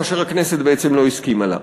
כאשר הכנסת בעצם לא הסכימה לה.